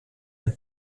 ein